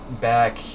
back